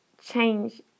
change